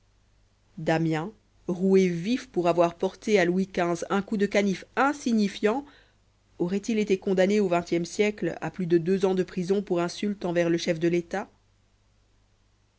damiens roué vif pour avoir porté à louis xv un coup de canif insignifiant aurait-il été condamné au vingtième siècle à plus de deux ans de prison pour insulte envers le chef de l'état